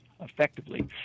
effectively